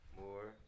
more